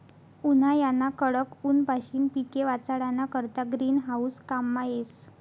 उन्हायाना कडक ऊनपाशीन पिके वाचाडाना करता ग्रीन हाऊस काममा येस